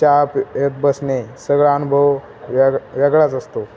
चहा प्येत बसणे सगळा अनुभव वेग वेगळाच असतो